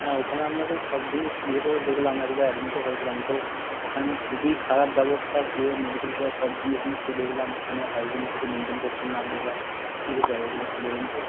হ্যাঁ ওখানে আপনাদের সব জিনিস ইয়ে করে দেখলাম একবার অ্যাডমিটও হয়েছিলাম তো ওখানে খুবই খারাপ ব্যবস্থা পুওর মেডিকেল কেয়ার সব জিনিস একটু দেখলাম কোনো হাইজিন কিছু মেনটেন করছেন না আপনারা কী ব্যাপার এইগুলো একটু বলুন তো